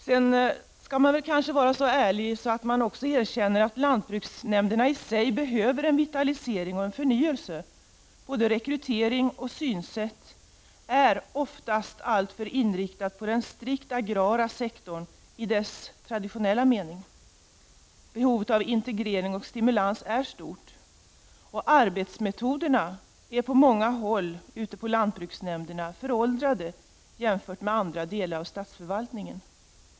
Sedan skall man kanske vara så ärlig att man också erkänner att det behövs en vitalisering och förnyelse av lantbruksnämnderna. Både rekrytering och synsätt är oftast alltför inriktade på den strikt agrara sektorn i dess tradi 111 tionella mening. Behovet av integrering och stimulans är stort. Arbetsmetoderna ute på lantbruksnämnderna är på många håll föråldrade jämfört med arbetsmetoderna i andra delar av statsförvaltningen.